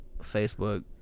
Facebook